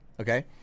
Okay